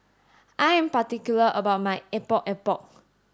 I am particular about my epok epok